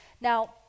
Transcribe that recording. Now